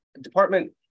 department